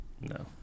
No